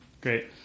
Great